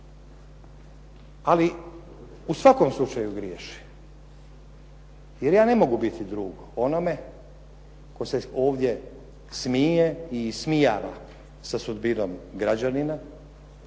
Ali, u svakom slučaju griješi jer ja ne mogu biti drug onome tko se ovdje smije i ismijava sa sudbinom građanina,